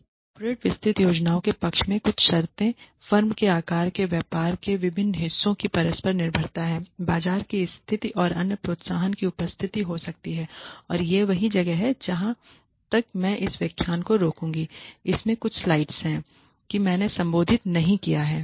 corporate विस्तृत योजनाओं के पक्ष में कुछ शर्तें फर्म के आकार के व्यापार के विभिन्न हिस्सों की परस्पर निर्भरता हैं बाजार की स्थिति और अन्य प्रोत्साहनों की उपस्थिति हो सकती है और यही वह जगह है जहां तक मैं इस व्याख्यान को रोकूंगा इसमें कुछ स्लाइड हैं कि मैंने संबोधित नहीं किया है